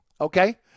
okay